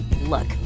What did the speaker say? Look